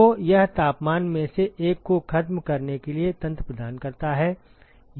तो यह तापमान में से एक को खत्म करने के लिए तंत्र प्रदान करता है